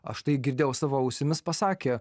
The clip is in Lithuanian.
aš tai girdėjau savo ausimis pasakė